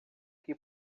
que